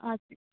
আচ্ছা